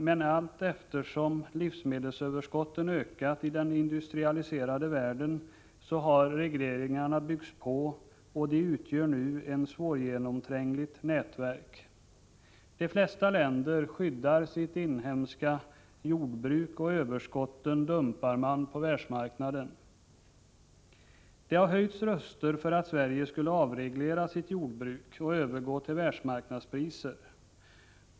Men allteftersom livsmedelsöverskotten ökat i den industrialiserade världen, har regleringarna byggts på, och de utgör nu ett svårgenomträngligt nätverk. De flesta länder skyddar sitt inhemska jordbruk, och överskotten ”dumpar” man på världsmarknaden. Det har höjts röster för att Sverige skulle avreglera sitt jordbruk och övergå till världsmarknadspriser.